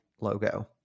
logo